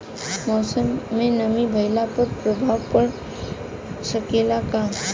मौसम में नमी भइला पर फसल पर प्रभाव पड़ सकेला का?